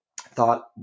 thought